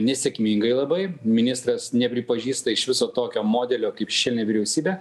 nesėkmingai labai ministras nepripažįsta iš viso tokio modelio kaip šiandien vyriausybė